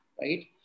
right